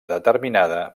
determinada